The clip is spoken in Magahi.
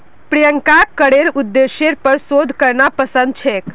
प्रियंकाक करेर उद्देश्येर पर शोध करना पसंद छेक